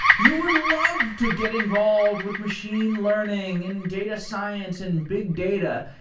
you would love to get involved with machine learning and data science and big data.